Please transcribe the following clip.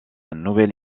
nouvelle